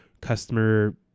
Customer